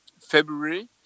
February